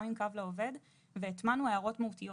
גם עם 'קו לעובד' והטמענו הערות מהותיות